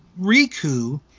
Riku